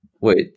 wait